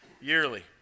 yearly